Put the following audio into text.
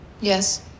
Yes